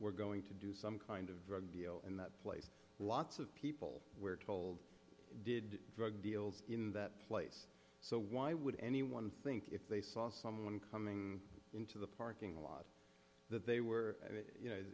were going to do some kind of drug deal in that place lots of people were told did drug deals in that place so why would anyone think if they saw someone coming into the parking lot that they were